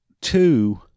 Two